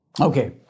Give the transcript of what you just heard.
Okay